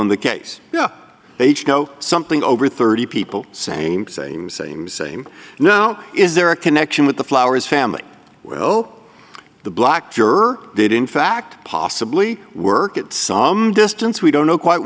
in the case h go something over thirty people same same same same now is there a connection with the flowers family well the black cure did in fact possibly work at some distance we don't know quite